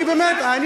לא